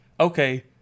Okay